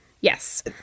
Yes